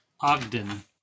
Ogden